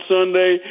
Sunday